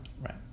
Right